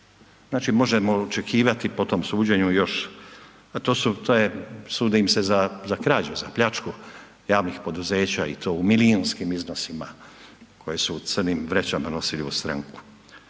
Znači možemo očekivati po tom suđenju još, a to su, to je, sudi im se za krađu, za pljačku javnih poduzeće i to u milijunskim iznosima koje su u crnim vrećama nosili u stranku,